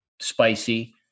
spicy